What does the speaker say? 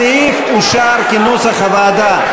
הסעיף אושר כנוסח הוועדה.